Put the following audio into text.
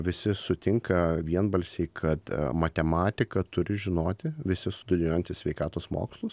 visi sutinka vienbalsiai kad matematiką turi žinoti visi studijuojantys sveikatos mokslus